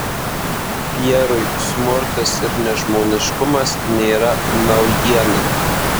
pierui smurtas ir nežmoniškumas nėra naujiena